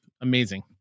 amazing